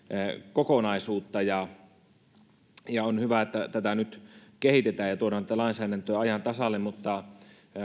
kokonaisuutta on hyvä että tätä nyt kehitetään ja tuodaan tätä lainsäädäntöä ajan tasalle mutta